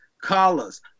colors